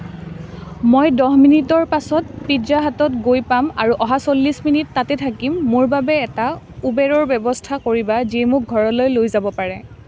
মই দহ মিনিটৰ পাছত পিজ্জা হাটত গৈ পাম আৰু অহা চল্লিছ মিনিট তাতে থাকিম মোৰ বাবে এটা উবেৰৰ ব্যৱস্থা কৰিবা যিয়ে মোক ঘৰলৈ লৈ যাব পাৰে